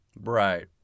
Right